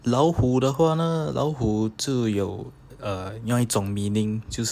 老虎的话呢老虎就有那一种 meaning 就是